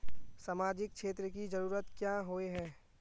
सामाजिक क्षेत्र की जरूरत क्याँ होय है?